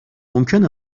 ممکن